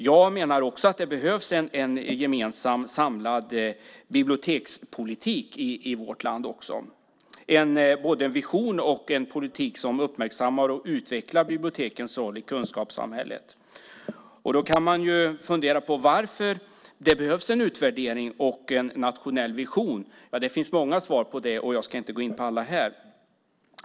Jag menar att det behövs en gemensam och samlad bibliotekspolitik i vårt land, en vision och en politik som uppmärksammar och utvecklar bibliotekens roll i kunskapssamhället. Då kan man fundera på varför det behövs en utvärdering och en nationell vision. Det finns många svar på det, och jag ska inte gå in på alla här.